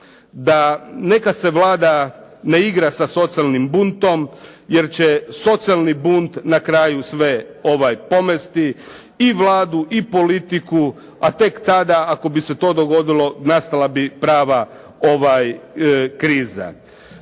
da neka se Vlada ne igra sa socijalnim bunt, jer će socijalni bunt na kraju sve pomesti, i Vladu i politiku, a tek tada ako bi se to dogodilo nastala bi prava kriza.